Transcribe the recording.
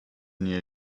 new